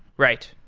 right.